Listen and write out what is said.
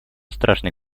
страшный